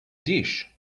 dish